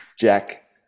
Jack